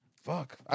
Fuck